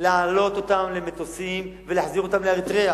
להעלות אותם למטוסים ולהחזיר אותם לאריתריאה.